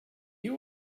you